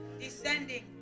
descending